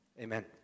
amen